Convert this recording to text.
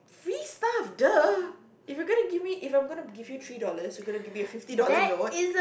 free stuff !duh! if you're gonna give me if I'm gonna give you a three dollars you're gonna give me a fifty dollar note